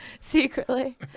Secretly